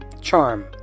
Charm